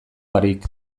barik